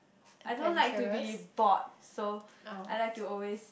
I don't like to be bored so I like to always